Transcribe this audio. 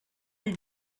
did